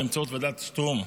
באמצעות ועדת שטרום,